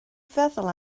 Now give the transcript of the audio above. feddwl